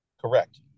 Correct